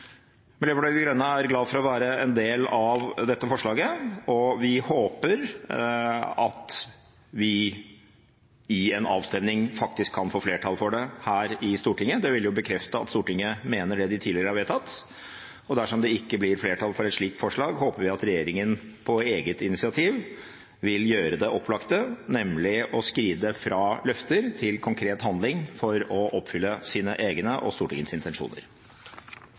Miljøpartiet De Grønne er glad for å være med på dette forslaget, og vi håper at vi i en avstemning kan få flertall for det her i Stortinget. Det vil bekrefte at Stortinget mener det de tidligere har vedtatt, og dersom det ikke blir flertall for et slikt forslag, håper vi at regjeringen på eget initiativ vil gjøre det opplagte, nemlig å skride fra løfter til konkret handling for å oppfylle sine egne og Stortingets intensjoner.